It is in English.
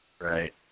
Right